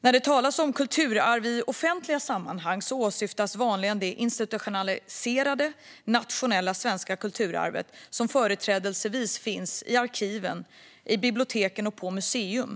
När det talas om kulturarv i offentliga sammanhang åsyftas vanligen det institutionaliserade nationella svenska kulturarvet, som företrädesvis finns i arkiv, på bibliotek och på museer.